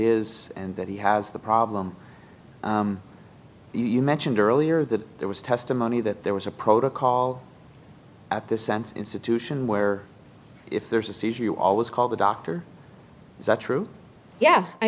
is and that he has the problem you mentioned earlier that there was testimony that there was a protocol at this sense institution where if there's a seizure you always call the doctor is that true yeah i